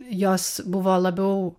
jos buvo labiau